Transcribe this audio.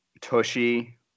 Tushy